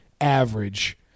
average